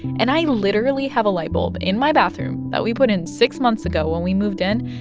and i literally have a light bulb in my bathroom that we put in six months ago when we moved in,